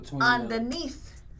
underneath